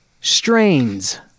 strains